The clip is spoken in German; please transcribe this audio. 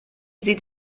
sieht